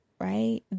right